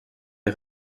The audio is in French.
est